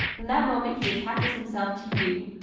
from that moment he attaches himself to you,